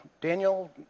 Daniel